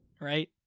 right